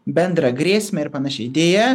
bendrą grėsmę ir panašiai deja